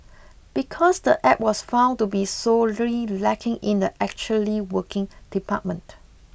because the App was found to be sorely lacking in the actually working department